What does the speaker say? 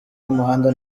y’umuhanda